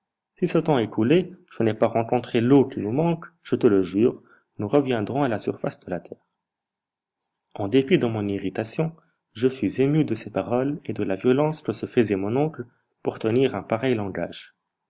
si ce temps écoulé je n'ai pas rencontré l'eau qui nous manque je te le jure nous reviendrons à la surface de la terre en dépit de mon irritation je fus ému de ces paroles et de la violence que se faisait mon oncle pour tenir un pareil langage